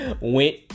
went